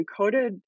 encoded